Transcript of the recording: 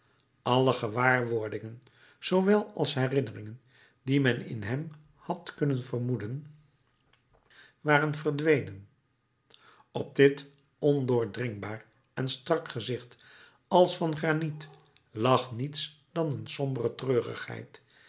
alle gewaarwordingen zoowel als herinneringen die men in hem had kunnen vermoeden waren verdwenen op dit ondoordringbaar en strak gezicht als van graniet lag niets dan een sombere treurigheid